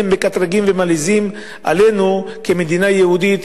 מקטרגים ומלעיזים עלינו כמדינה יהודית.